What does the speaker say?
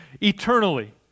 eternally